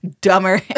dumber